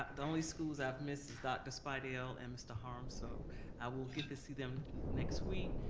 the only schools i've missed is dr. speidel and mr. harms so i will get to see them next week.